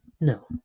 No